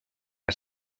que